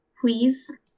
please